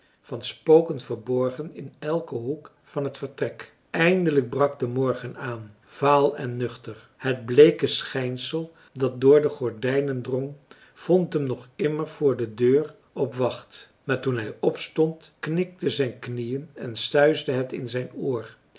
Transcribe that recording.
van spoken verborgen in elken hoek van het vertrek eindelijk brak de morgen aan vaal en nuchter het bleeke schijnsel dat door de gordijnen drong vond hem nog immer voor de deur op wacht maar toen hij opstond knikten zijn knieën en suisde het in zijn oor